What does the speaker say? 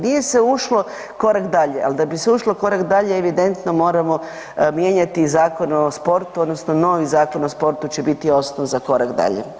Nije se ušlo korak dalje, a da bi se ušlo korak dalje evidentno moramo mijenjati Zakon o sportu odnosno novi Zakon o sportu će biti osnov za korak dalje.